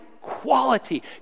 quality